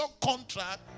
contract